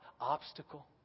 obstacle